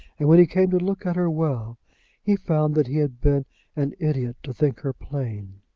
and when he came to look at her well he found that he had been an idiot to think her plain.